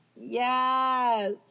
Yes